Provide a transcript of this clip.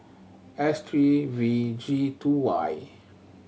S three V G Two Y